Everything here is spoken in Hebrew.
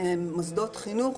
וכולל מוסדות חינוך.